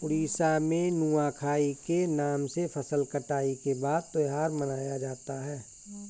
उड़ीसा में नुआखाई के नाम से फसल कटाई के बाद त्योहार मनाया जाता है